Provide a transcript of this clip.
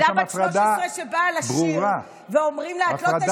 ילדה בת 13 שבאה לשיר ואומרים לה: את לא תשירי בגלל חרדי.